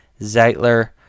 Zeitler